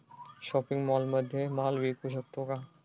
Shopping मॉलमध्ये माल विकू शकतो का?